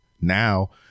now